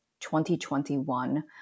2021